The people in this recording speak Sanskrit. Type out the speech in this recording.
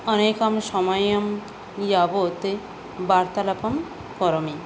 अनेकं समयं यावत् वार्तालापं करोमि